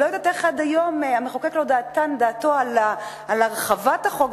אני לא יודעת איך עד היום המחוקק לא נתן דעתו על הרחבת החוק,